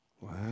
Wow